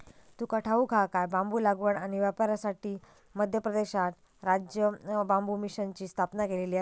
तुका ठाऊक हा काय?, बांबू लागवड आणि व्यापारासाठी मध्य प्रदेशात राज्य बांबू मिशनची स्थापना केलेली आसा